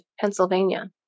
Pennsylvania